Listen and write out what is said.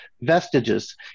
vestiges